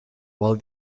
while